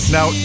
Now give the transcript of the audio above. Now